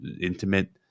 intimate